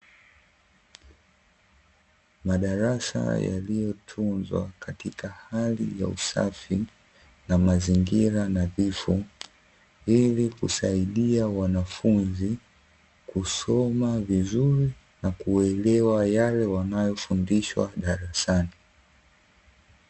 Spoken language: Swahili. Madarasa yaliyotunzwa katika hali ya usafi, na mazingira nadhifu, ili kusaidia wanafunzi kusoma vizuri na kuelewa yale wanayofundishwa darasani.